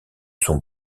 son